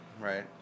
Right